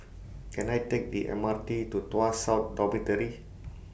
Can I Take The M R T to Tuas South Dormitory